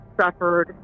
suffered